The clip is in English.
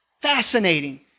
Fascinating